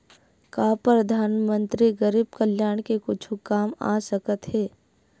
का परधानमंतरी गरीब कल्याण के कुछु काम आ सकत हे